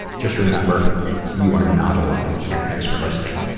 just remember you are not alone. and thanks for listening.